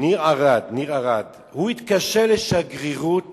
ניר ערד, הוא התקשר לשגרירות